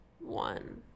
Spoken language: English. one